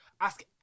ask